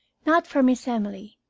not for miss emily,